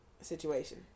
situation